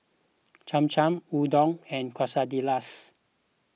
Cham Cham Udon and Quesadillas